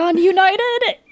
United